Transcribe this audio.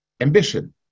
ambition